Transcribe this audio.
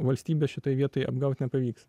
valstybės šitoj vietoj apgaut nepavyks